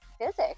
physics